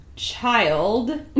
child